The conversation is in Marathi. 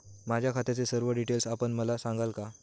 माझ्या खात्याचे सर्व डिटेल्स आपण मला सांगाल का?